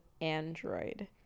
Android